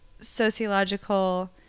sociological